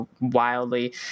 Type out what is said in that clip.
wildly